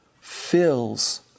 fills